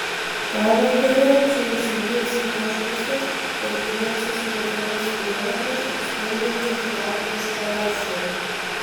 pavakarę čia įsižiebs mažosios ir didžiosios lietuvos vėliavas atspindinti žvakių instaliacija